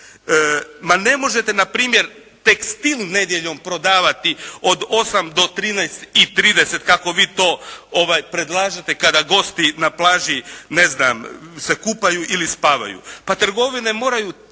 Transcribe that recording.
Ma ne možete na primjer tekstil nedjeljom prodavati od 8 do 13 i 30 kako vi to predlažete kada gosti na plaži ne znam se kupaju ili spavaju. Pa trgovine moraju